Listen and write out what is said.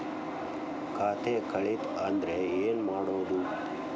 ಖಾತೆ ಕಳಿತ ಅಂದ್ರೆ ಏನು ಮಾಡೋದು?